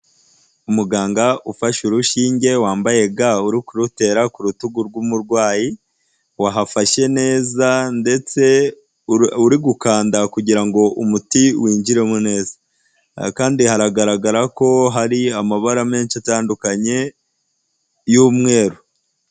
Umuganga ufashe urushinge wambaye ga uri kurutera ku rutugu rw'umurwayi, wahafashe neza ndetse uri gukanda kugirango umuti winjiremo neza, kandi haragaragara ko hari amabara menshi atandukanye y'umweru.